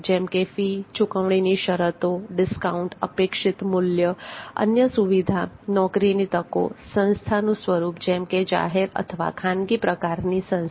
જેમકે ફી ચુકવણીની શરતો ડિસ્કાઉન્ટ અપેક્ષિત મૂલ્ય અન્ય સુવિધા નોકરીની તકો સંસ્થાનું સ્વરૂપ જેમ કે જાહેર અથવા ખાનગી પ્રકારની સંસ્થા